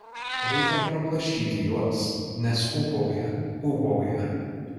reikia prablaškyti juos nes ūbauja ūbauja